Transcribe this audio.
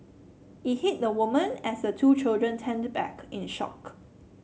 it hit the woman as the two children turned back in the shock